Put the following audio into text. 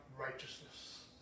righteousness